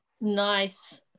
nice